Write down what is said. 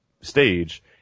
stage